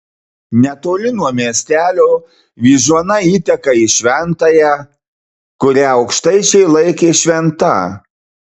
netoli nuo miestelio vyžuona įteka į šventąją kurią aukštaičiai laikė šventa